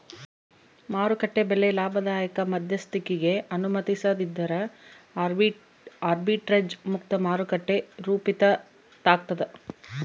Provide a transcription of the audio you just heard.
ಮಾರುಕಟ್ಟೆ ಬೆಲೆ ಲಾಭದಾಯಕ ಮಧ್ಯಸ್ಥಿಕಿಗೆ ಅನುಮತಿಸದಿದ್ದರೆ ಆರ್ಬಿಟ್ರೇಜ್ ಮುಕ್ತ ಮಾರುಕಟ್ಟೆ ರೂಪಿತಾಗ್ತದ